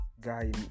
guy